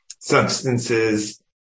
substances